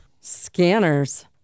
scanners